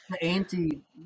anti